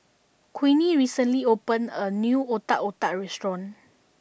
Queenie recently opened a new Otak Otak Restaurant